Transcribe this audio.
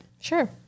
Sure